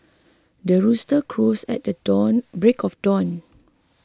the rooster crows at the dawn break of dawn